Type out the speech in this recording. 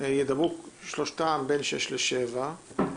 ידברו שלושתם בין 18:00 ל-19:00.